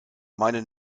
meine